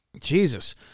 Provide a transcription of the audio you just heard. Jesus